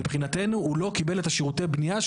מבחינתנו הוא לא קיבל את שירותי הבנייה,